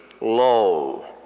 Lo